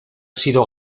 sido